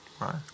Right